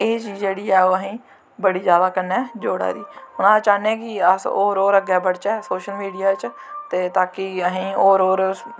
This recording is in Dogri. एह् चीज़ जेह्ड़ी ऐ ओह् असें बड़ी जादा कन्नै जोड़ा दी हून अस चाह्न्ने आं कि अस होर होर अग्गैं बड़चै सोशल मीडिया च ते ताकि असेंगी होर होर